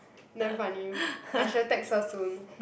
damn funny I should have text her soon